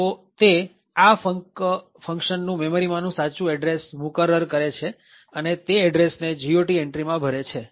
તો તે આ func ફંક્શન નું મેમરીમાંનું સાચું એડ્રેસ મુકરર કરે છે અને તે એડ્રેસને GOT એન્ટ્રીમાં ભરે છે